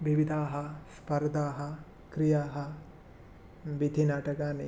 विविधाः स्पर्धाः क्रियाः वीथीनाटकानि